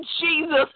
jesus